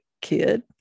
kid